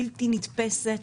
בלתי נתפסת,